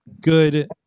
good